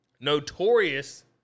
Notorious